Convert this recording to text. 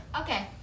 Okay